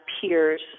peers